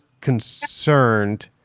concerned